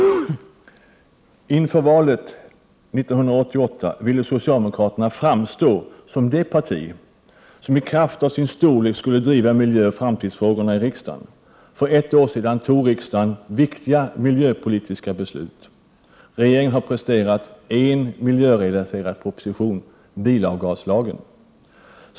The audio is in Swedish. Inför valet 1988 ville socialdemokraterna framstå som det parti som i kraft av sin storlek skulle driva miljöoch framtidsfrågorna i riksdagen. För ett år sedan tog riksdagen viktiga miljöpolitiska beslut. Regeringen har presterat en enda miljörelaterad proposition: bilavgaslagen.